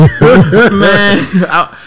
Man